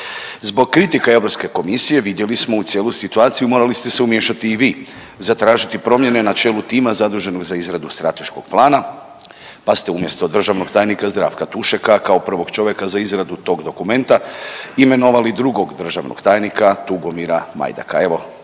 Zbog kritika Europske komisije vidjeli smo u cijelu situaciju morali ste se umiješati i vi i zatražiti promjene na čelu tima zaduženog za izradu strateškog plana, pa ste umjesto državnog tajnika Zdravka Tušeka kao prvog čovjeka za izradu tog dokumenta imenovali drugog državnog tajnika Tugomira Majdaka.